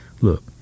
Look